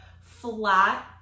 flat